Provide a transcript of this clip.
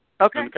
Okay